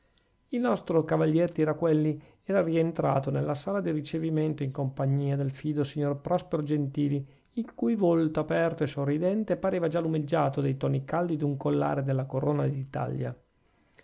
il nostro cavalier tiraquelli era rientrato nella sala di ricevimento in compagnia del fido signor prospero gentili il cui volto aperto e sorridente pareva già lumeggiato dai toni caldi d'un collare della corona d'italia